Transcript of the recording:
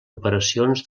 operacions